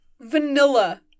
Vanilla